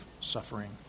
suffering